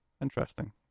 interesting